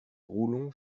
roulon